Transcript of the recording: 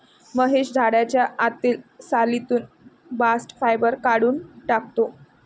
महेश झाडाच्या आतील सालीतून बास्ट फायबर काढून टाकतो